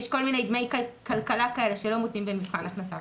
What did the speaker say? יש כל מיני דמי כלכלה כאלה שלא מותנים במבחן הכנסה.